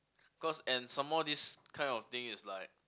cause and some more this kind of thing is like